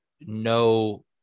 no